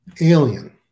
alien